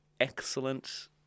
excellent